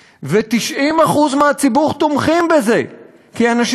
יודעים שזה הגון וגם יודעים שזה יחסוך להם כסף,